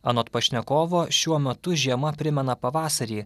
anot pašnekovo šiuo metu žiema primena pavasarį